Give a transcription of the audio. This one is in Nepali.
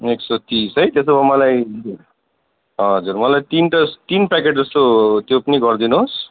एक सौ तिस है त्यसो भए मलाई हजुर मलाई तिनवटा तिन प्याकेट जस्तो त्यो पनि गरिदिनु होस्